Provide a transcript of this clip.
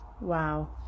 Wow